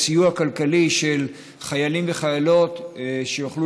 הסיוע הכלכלי שחיילים וחיילות יוכלו